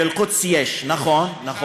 באל-קודס יש, נכון, נכון.